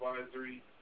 advisory